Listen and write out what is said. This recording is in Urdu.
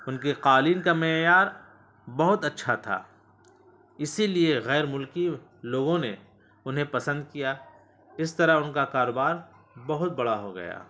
ان کی قالین کا معیار بہت اچھا تھا اسی لیے غیر ملکی لوگوں نے انہیں پسند کیا اس طرح ان کا کاروبار بہت بڑا ہو گیا